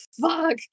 fuck